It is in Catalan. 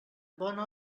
bona